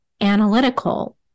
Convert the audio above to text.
analytical